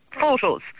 photos